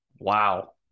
wow